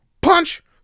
Punch